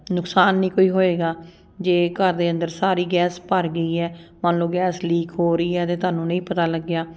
ਨੁਕਸਾਨ ਨਹੀਂ ਕੋਈ ਹੋਵੇਗਾ ਜੇ ਘਰ ਦੇ ਅੰਦਰ ਸਾਰੀ ਗੈਸ ਭਰ ਗਈ ਹੈ ਮੰਨ ਲਓ ਗੈਸ ਲੀਕ ਹੋ ਰਹੀ ਹੈ ਅਤੇ ਤੁਹਾਨੂੰ ਨਹੀਂ ਪਤਾ ਲੱਗਿਆ